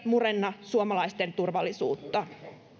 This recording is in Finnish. murenna suomalaisten turvallisuutta